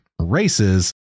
races